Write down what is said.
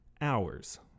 hours